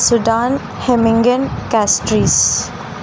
Sudan హెమింగన్ క్యాస్టరీస్